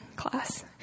class